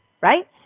right